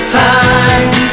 time